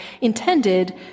intended